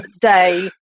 day